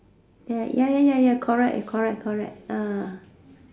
ya ya ya ya ya correct correct correct ah